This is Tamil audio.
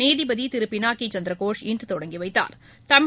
நீதிபதி திரு பினாக்கி சந்திரகோஷ் இன்று தொடங்கி வைத்தாா்